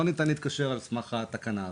לא ניתן להתקשר על סמך התקנה הזאת.